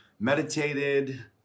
meditated